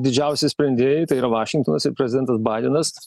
didžiausi sprendėjai tai yra vašingtonas ir prezidentas baidenas